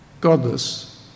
godless